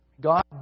God